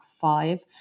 five